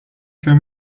für